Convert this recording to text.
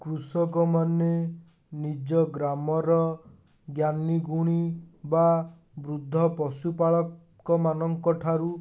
କୃଷକମାନେ ନିଜ ଗ୍ରାମର ଜ୍ଞାନୀ ଗୁଣି ବା ବୃଦ୍ଧ ପଶୁପାଳଙ୍କ ମାନଙ୍କ ଠାରୁ